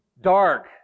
dark